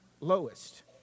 lowest